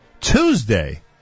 Tuesday